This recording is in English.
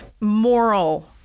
moral